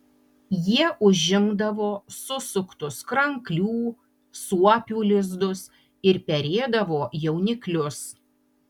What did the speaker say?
jie užimdavo susuktus kranklių suopių lizdus ir perėdavo jauniklius